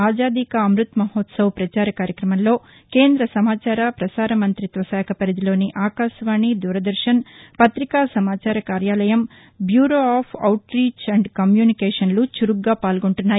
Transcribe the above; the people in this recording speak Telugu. ఆజాదీకా అమ్బత మహోత్పవ్ ప్రచార కార్యక్రమంలో కేంద్ర సమాచార ప్రసార మంతిత్వశాఖ పరిధిలోని ఆకాశవాణి దూరదర్గన్ పతికా సమాచార కార్యాలయం bureau of outreach and కమ్యూనికేన్లు చురుగ్గా పాల్గొంటున్నాయి